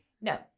No